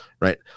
right